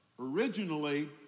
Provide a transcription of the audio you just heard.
Originally